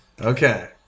Okay